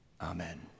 Amen